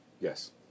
Yes